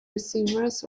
receivers